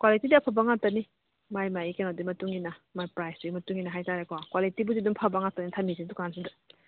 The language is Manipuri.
ꯀ꯭ꯋꯥꯂꯤꯇꯤꯗꯤ ꯑꯐꯕ ꯉꯥꯛꯇꯅꯤ ꯃꯥꯒꯤ ꯃꯥꯒꯤ ꯀꯩꯅꯣꯗꯨꯒꯤ ꯃꯇꯨꯡ ꯏꯟꯅ ꯃꯥꯏ ꯄ꯭ꯔꯥꯏꯖꯇꯨꯒꯤ ꯃꯇꯨꯡ ꯏꯟꯅ ꯍꯥꯏꯇꯔꯦꯀꯣ ꯀ꯭ꯋꯥꯂꯤꯇꯤꯕꯨꯗꯤ ꯑꯗꯨꯝ ꯐꯕ ꯉꯥꯛꯇꯅꯤ ꯊꯝꯃꯤꯁꯦ ꯗꯨꯀꯥꯟꯁꯤꯗ